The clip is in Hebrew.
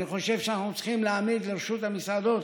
אני חושב שאנחנו צריכים להעמיד לרשות המסעדות